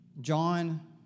John